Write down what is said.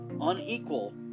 unequal